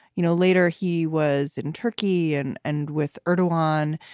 you know, later he was in turkey and and with urdu on,